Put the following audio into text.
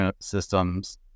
systems